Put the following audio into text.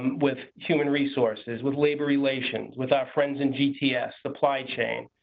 with human resources, with labor relations with our friends in gts, supply chain,